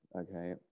okay